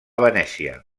venècia